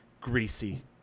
Greasy